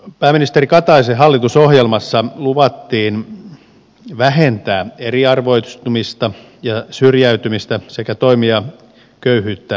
pääministeri kataisen hallitusohjelmassa luvattiin vähentää eriarvoistumista ja syrjäytymistä sekä toimia köyhyyttä vastaan